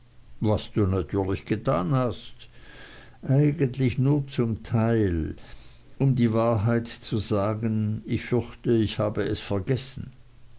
was du natürlich getan hast eigentlich nur zum teil um die wahrheit zu sagen ich fürchte ich habe es vergessen